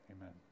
Amen